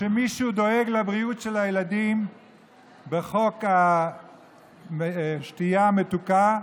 שמישהו דואג לבריאות של הילדים בחוק השתייה המתוקה,